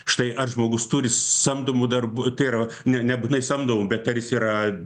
štai ar žmogus turi samdomų darb tai yra ne nebūtinai samdomų bet ar jis yra